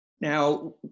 Now